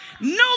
No